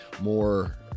more